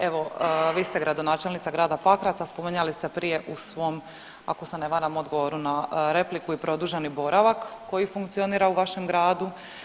Evo vi ste gradonačelnica grada Pakraca spominjali ste prije u svom ako se ne varam odgovoru na repliku i produženi boravak koji funkcionira u vašem gradu.